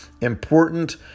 important